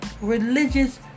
religious